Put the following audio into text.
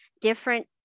different